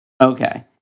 Okay